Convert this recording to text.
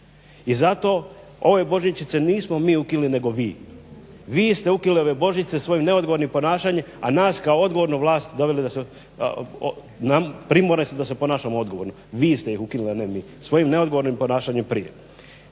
I zato ove božićnice nismo mi ukinuli nego vi. Vi ste ukinuli ove božićnice svojim neodgovornim ponašanje, a nas kao odgovornu vlast doveli primorate da se ponašamo odgovorno. Vi ste ih ukinuli a ne mi svojim neodgovornim ponašanjem prije.